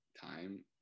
time